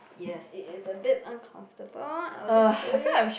yes it is a bit uncomfortable I'll just put it